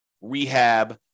rehab